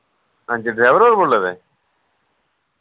हांजी ड्रैवर होर बोल्ला दे